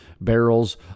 barrels